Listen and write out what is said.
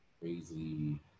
crazy